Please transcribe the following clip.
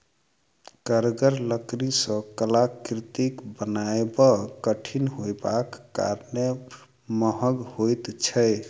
कड़गर लकड़ी सॅ कलाकृति बनायब कठिन होयबाक कारणेँ महग होइत छै